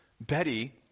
Betty